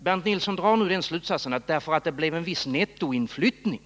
Bernt Nilsson drar nu den slutsatsen att därför att det blev en viss nettoinflyttning